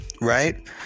Right